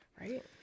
Right